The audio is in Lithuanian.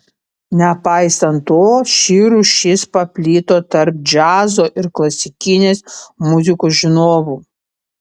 nepaisant to ši rūšis paplito tarp džiazo ir klasikinės muzikos žinovų